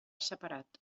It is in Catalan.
separat